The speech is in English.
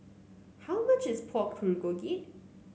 how much is Pork Bulgogi